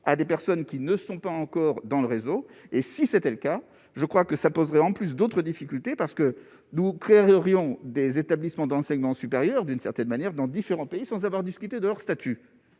à des personnes qui ne sont pas encore dans le réseau, et si c'était le cas, je crois que ça poserait en plus d'autres difficultés parce que nous créerons des établissements d'enseignement supérieur, d'une certaine manière, dans différents pays sans avoir discuté de leur statut